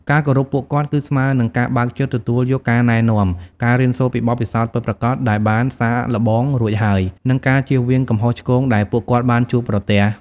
ការគោរពពួកគាត់គឺស្មើនឹងការបើកចិត្តទទួលយកការណែនាំ ការរៀនសូត្រពីបទពិសោធន៍ពិតប្រាកដដែលបានសាកល្បងរួចហើយ និងការជៀសវាងកំហុសឆ្គងដែលពួកគាត់បានជួបប្រទះ។